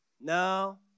No